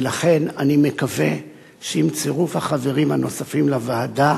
ולכן אני מקווה שעם צירוף החברים הנוספים לוועדה